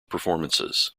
performances